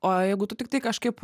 o jeigu tu tiktai kažkaip